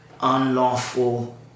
Unlawful